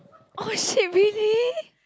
oh shit really